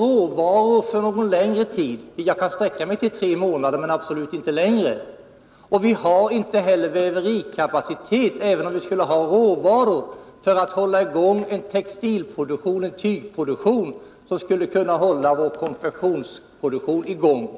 råvaror för någon längre tid — jag kan sträcka mig till tre månader, men absolut inte längre — och vi har inte heller väverikapacitet, även om vi skulle ha råvaror, för att hålla i gång en textilproduktion som skulle kunna tillgodose en konfektionsproduktion.